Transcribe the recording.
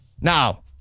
Now